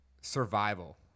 Survival